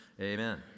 amen